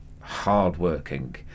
hardworking